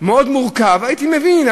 מאוד מורכב, הייתי מבין.